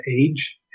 age